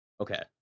Okay